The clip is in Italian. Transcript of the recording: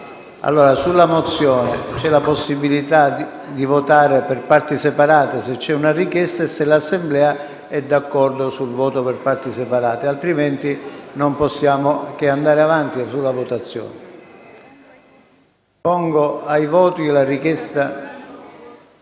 Sulla mozione c'è la possibilità di votare per parti separate se c'è una richiesta e se l'Assemblea è d'accordo sul voto per parti separate. Altrimenti non possiamo che andare avanti con la votazione. Metto ai voti la richiesta